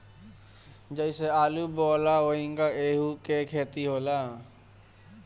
जइसे आलू बोआला ओहिंगा एहू के खेती होला